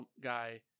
guy